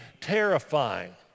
terrifying